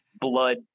blood